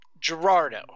Gerardo